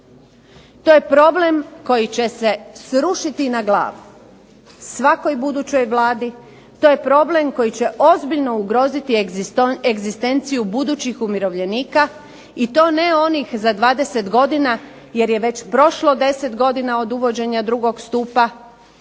To je problem koji će se srušiti na glavu svakoj budućoj vladi, to je problem koji će ozbiljno ugroziti egzistenciju budućih umirovljenika, i to ne onih za 20 godina, jer je već prošlo 10 godina od uvođenja 2. Stupa, i